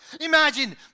Imagine